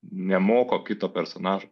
nemoko kito personažo